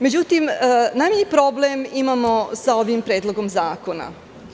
Međutim, najmanji problem imamo sa ovim predlogom zakonom.